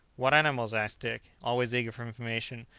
what animals? asked dick, always eager for information,